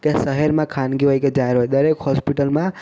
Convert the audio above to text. કે શહેરમાં ખાનગી હોય કે જાહેર હોય દરેક હોસ્પિટલમાં